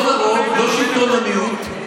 הידע הזה, שלטון הרוב,